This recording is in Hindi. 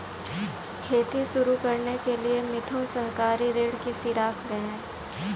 खेती शुरू करने के लिए मिथुन सहकारी ऋण की फिराक में है